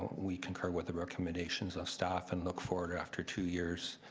we concur with the recommendations of staff and look forward after two years.